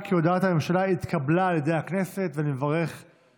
הודעת הממשלה על העברת סמכויות משרת